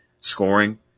scoring